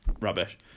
rubbish